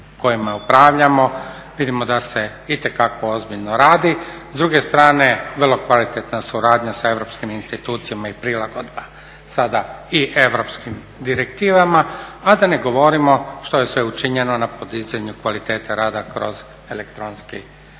kojima upravljamo. Vidimo da se itekako ozbiljno radi. S druge strane vrlo kvalitetna suradnja sa europskim institucijama i prilagodba sada i europskim direktivama, a da ne govorimo što je sve učinjeno na podizanju kvaliteta rada kroz primjenu elektronskih